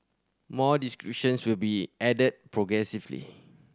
more descriptions will be added progressively